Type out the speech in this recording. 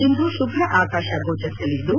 ಇಂದು ಶುಭ್ರ ಆಕಾಶ ಗೋಚರಿಸಲಿದ್ದು